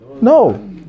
No